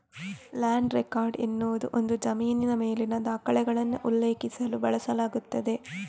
land record ಎನ್ನುವುದು ಒಂದು ಜಮೀನಿನ ಮೇಲಿನ ದಾಖಲೆಗಳನ್ನು ಉಲ್ಲೇಖಿಸಲು ಬಳಸಲಾಗುತ್ತದೆ